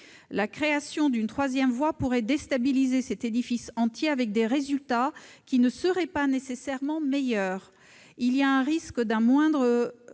La création d'une troisième voie pourrait déstabiliser cet édifice entier, avec des résultats qui ne seraient pas nécessairement meilleurs. Cela ferait courir le risque d'une moindre